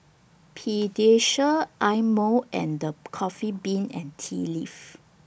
Pediasure Eye Mo and The Coffee Bean and Tea Leaf